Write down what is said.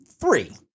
three